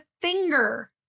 finger